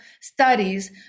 studies